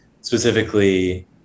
specifically